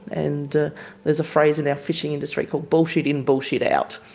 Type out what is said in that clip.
and there's a phrase in our fishing industry called bullshit in, bullshit out'.